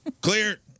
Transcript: Clear